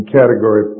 category